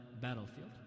battlefield